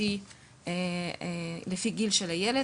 לפי גיל הילד.